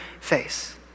face